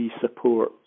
support